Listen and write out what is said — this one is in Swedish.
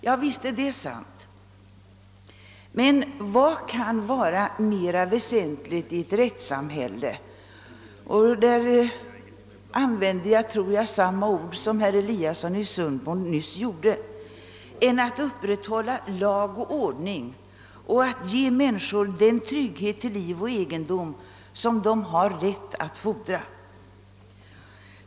Ja, visst är det sant, men vad kan vara mer väsentligt i ett rättssamhälle — och där använde jag, tror jag, samma ord som herr Eliasson i Sundborn nyss gjorde — än att upprätthålla lag och ordning och ge människorna den trygghet till liv och egendom som de har rätt att fordra?